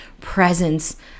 presence